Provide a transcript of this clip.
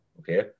Okay